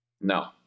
No